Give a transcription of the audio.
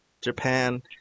Japan